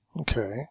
Okay